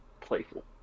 playful